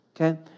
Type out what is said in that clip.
Okay